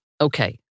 Okay